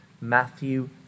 Matthew